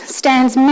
stands